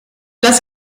das